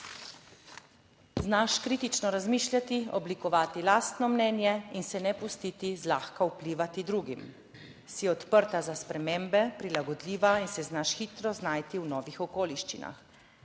Znaš kritično razmišljati, oblikovati lastno mnenje in se ne pustiti zlahka vplivati drugim. Si odprta za spremembe, prilagodljiva in se znaš hitro znajti v novih okoliščinah.